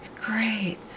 great